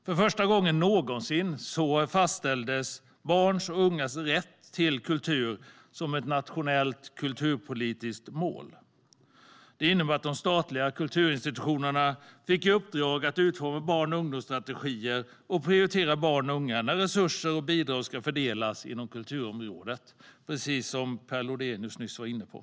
För första gången någonsin fastställdes barns och ungas rätt till kultur som ett nationellt kulturpolitiskt mål. Det innebar att de statliga kulturinstitutionerna fick i uppdrag att utforma barn och ungdomsstrategier och att prioritera barn och unga när resurser och bidrag ska fördelas inom kulturområdet, precis som Per Lodenius nyss var inne på.